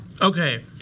Okay